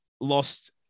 lost